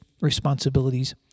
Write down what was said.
responsibilities